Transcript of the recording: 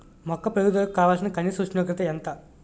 మొక్క పెరుగుదలకు కావాల్సిన కనీస ఉష్ణోగ్రత ఎంత?